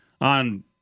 on